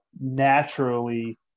naturally